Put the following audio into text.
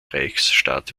reichsstadt